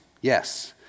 yes